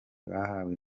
bahawe